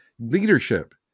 Leadership